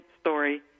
story